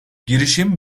girişim